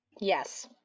Yes